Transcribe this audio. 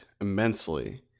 immensely